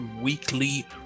weekly